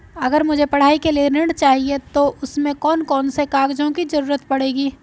अगर मुझे पढ़ाई के लिए ऋण चाहिए तो उसमें कौन कौन से कागजों की जरूरत पड़ेगी?